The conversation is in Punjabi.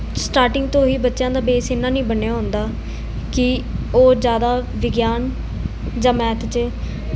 ਸਟਾਰਟਿੰਗ ਤੋਂ ਹੀ ਬੱਚਿਆਂ ਦਾ ਬੇਸ ਇੰਨਾ ਨਹੀਂ ਬਣਿਆ ਹੁੰਦਾ ਕਿ ਉਹ ਜ਼ਿਆਦਾ ਵਿਗਿਆਨ ਜਾਂ ਮੈਥ 'ਚ